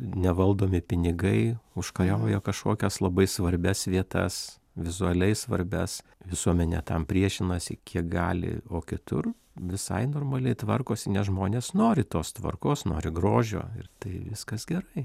nevaldomi pinigai užkariauja kažkokias labai svarbias vietas vizualiai svarbias visuomenė tam priešinasi kiek gali o kitur visai normaliai tvarkosi nes žmonės nori tos tvarkos nori grožio ir tai viskas gerai